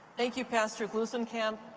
thank you, pastor glusenkamp.